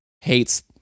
hates